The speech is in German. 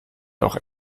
auch